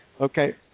Okay